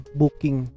booking